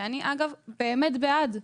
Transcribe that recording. אגב, אני באמת בעד,